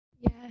Yes